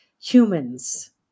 humans